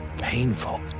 painful